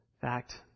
fact